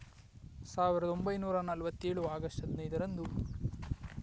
ಸಾವಿರದ ಒಂಬೈನೂರ ನಲವತ್ತೇಳು ಆಗಸ್ಟ್ ಹದಿನೈದರಂದು